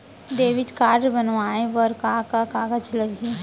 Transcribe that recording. Debit card बनवाये बर का का कागज लागही?